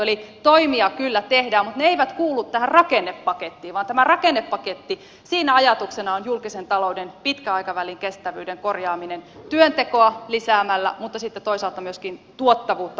eli toimia kyllä tehdään mutta ne eivät kuulu tähän rakennepakettiin vaan tässä rakennepaketissa ajatuksena on julkisen talouden pitkän aikavälin kestävyyden korjaaminen työntekoa lisäämällä mutta sitten toisaalta myöskin tuottavuutta parantamalla